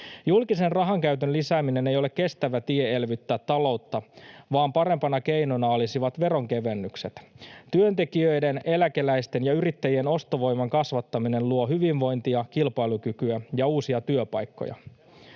Julkisen rahankäytön lisääminen ei ole kestävä tie elvyttää taloutta, vaan parempana keinona olisivat veronkevennykset. Työntekijöiden, eläkeläisten ja yrittäjien ostovoiman kasvattaminen luo hyvinvointia, kilpailukykyä ja uusia työpaikkoja.